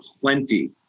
plenty